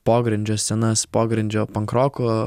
pogrindžio scenas pogrindžio pankroko